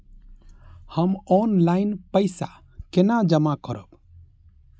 हम ऑनलाइन पैसा केना जमा करब?